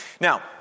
Now